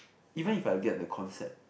even if I get the concept